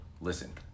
listen